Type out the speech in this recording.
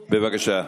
בבקשה,